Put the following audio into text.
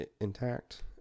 intact